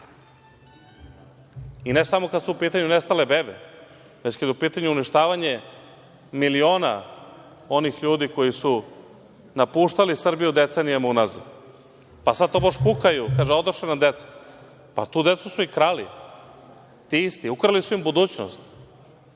i ne samo kad su u pitanju nestale bebe, već kad je u pitanju uništavanje miliona onih ljudi koji su napuštali Srbiju decenijama unazad? Pa sad tobož kukaju, kažu – odoše nam deca. Pa tu decu su i krali ti isti, ukrali su im budućnost